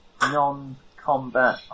Non-combat